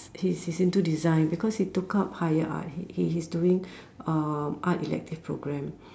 he's he's into design because he took up higher art he he's doing uh art elective program